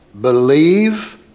Believe